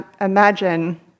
imagine